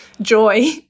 joy